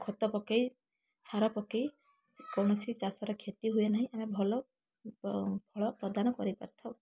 ଖତ ପକାଇ ସାର ପକାଇ କୌଣସି ଚାଷର କ୍ଷତି ହୁଏ ନାହିଁ ଆ ଭଲ ଫଳ ପ୍ରଦାନ କରିପାରିଥାଉ